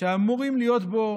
שאמורים להיות בו